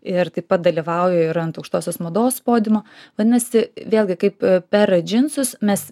ir taip pat dalyvauja ir ant aukštosios mados podiumo vadinasi vėlgi kaip per džinsus mes